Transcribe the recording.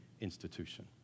institution